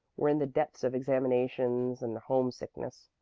were in the depths of examinations and homesickness.